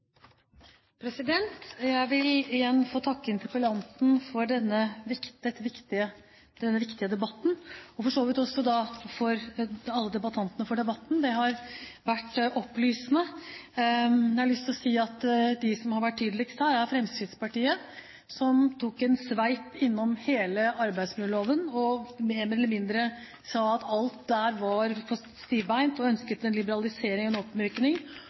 Jeg vil få takke interpellanten for denne viktige debatten, og for så vidt også takke alle debattantene for debatten. Det har vært opplysende. Jeg har lyst til å si at de som har vært tydeligst her, er Fremskrittspartiet, som tok en sveip innom hele arbeidsmiljøloven og mer eller mindre sa at alt der var for stivbeint, at de ønsket en liberalisering og en oppmykning,